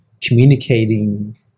communicating